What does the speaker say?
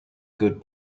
good